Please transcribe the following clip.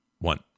one